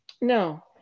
No